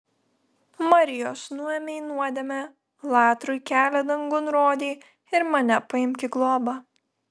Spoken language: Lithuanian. marijos nuėmei nuodėmę latrui kelią dangun rodei ir mane paimk į globą